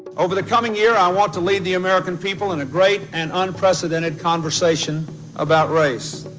over the coming year, i want to lead the american people in a great and unprecedented conversation about race.